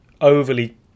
overly